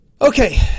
Okay